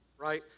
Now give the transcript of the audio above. right